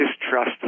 Distrust